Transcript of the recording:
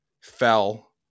fell